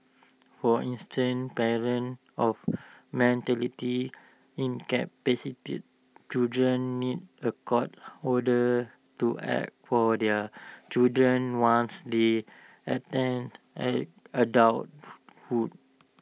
for instance parents of mentally incapacitated children need A court order to act for their children once they attain at adulthood